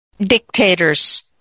dictators